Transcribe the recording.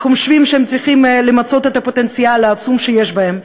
הם חושבים שהם צריכים למצות את הפוטנציאל העצום שיש בהם.